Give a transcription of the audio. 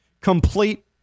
complete